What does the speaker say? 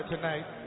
tonight